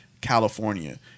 California